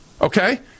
Okay